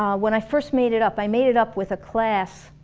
um when i first made it up, i made it up with a class